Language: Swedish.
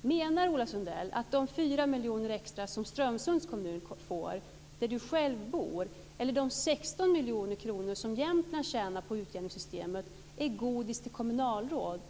Menar Ola Sundell att de 4 miljoner extra som Strömsunds kommun får, där han själv bor, eller de 16 miljoner kronor som Jämtland tjänar på utjämningssystemet är godis till kommunalråd?